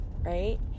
right